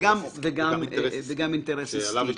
ואינטרס עסקי.